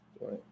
right